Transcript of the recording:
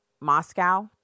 Moscow